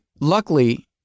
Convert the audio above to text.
luckily